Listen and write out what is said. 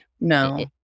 No